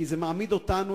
כי זה מעמיד אותנו,